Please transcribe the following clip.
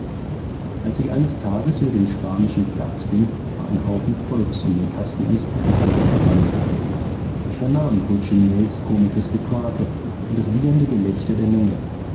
als ich eines tages über den spanischen platz ging war ein haufen volks um den kasten eines puppenspielers versammelt ich vernahm pulcinells komisches gequäke und das wiehernde gelächter der menge